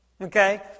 Okay